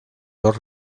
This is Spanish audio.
dos